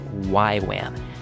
YWAM